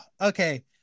okay